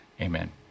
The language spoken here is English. amen